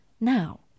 now